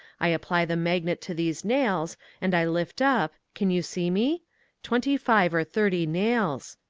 i apply the magnet to these nails and i lift up can you see me twenty-five or thirty nails.